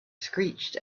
screeched